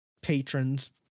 patrons